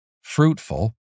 fruitful